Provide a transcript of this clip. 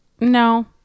no